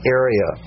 area